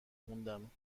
خوندم